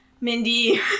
Mindy